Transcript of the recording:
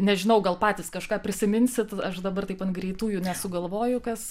nežinau gal patys kažką prisiminsit aš dabar taip ant greitųjų nesugalvoju kas